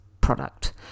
product